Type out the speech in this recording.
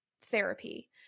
therapy